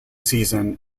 season